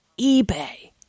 eBay